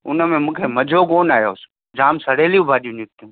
उनमें मूंखे मज़ो कोन आयो जामु सड़ेलियूं भाॼियूं निकितियूं